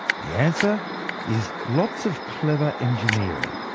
the answer is lots of clever engineering.